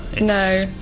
No